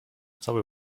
cały